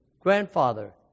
grandfather